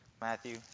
Matthew